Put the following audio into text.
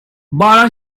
but